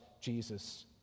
Jesus